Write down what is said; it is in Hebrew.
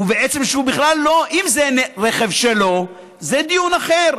אם זה רכב שלו, זה דיון אחר,